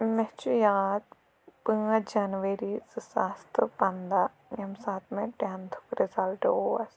مےٚ چھُ یاد پانٛژھ جَنؤری زٕ ساس تہٕ پنٛداہ ییٚمہِ ساتہٕ مےٚ ٹیٚنتھُک رِزَلٹہٕ اوس